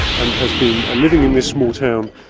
and has been living in this small town,